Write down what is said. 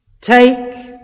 take